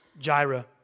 Gyra